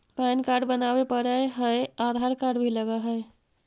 Pan card बनावे पडय है आधार कार्ड भी लगहै?